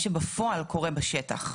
מה שבפועל קורה בשטח,